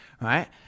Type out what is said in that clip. right